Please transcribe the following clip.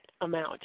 amount